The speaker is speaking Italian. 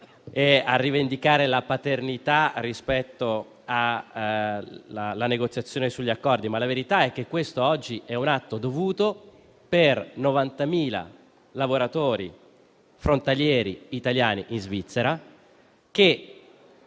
parte della paternità della negoziazione sugli accordi. Ma la verità è che quello di oggi è un atto dovuto per 90.000 lavoratori frontalieri italiani in Svizzera, che,